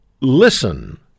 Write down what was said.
listen